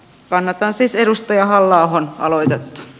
kannatan siis edustaja halla ahon aloitetta